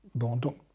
going to